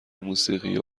موسیقی